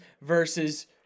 versus